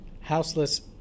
houseless